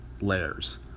layers